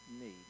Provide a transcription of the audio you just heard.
need